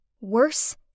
Worse